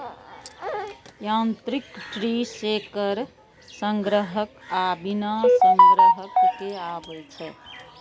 यांत्रिक tree shaker संग्राहक आ बिना संग्राहक के आबै छै